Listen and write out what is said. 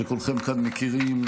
שכולכם כאן מכירים,